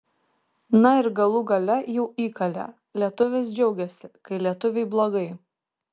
na ir galų gale jau įkalė lietuvis džiaugiasi kai lietuviui blogai